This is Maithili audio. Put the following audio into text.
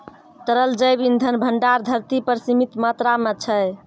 तरल जैव इंधन भंडार धरती पर सीमित मात्रा म छै